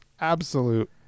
absolute